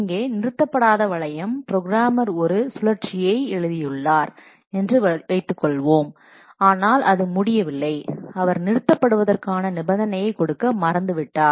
இங்கே நிறுத்தப்படாத வளையம் ப்ரோக்ராமர் ஒரு சுழற்சியை எழுதியுள்ளார் என்று வைத்துக்கொள்வோம் ஆனால் அது முடிவடையவில்லை அவர் நிறுத்தப்படுவதற்கான நிபந்தனையைகொடுக்க மறந்துவிட்டார்